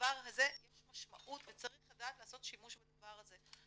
לדבר הזה יש משמעות וצריך לדעת לעשות שימוש בדבר הזה.